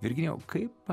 virginijau kaip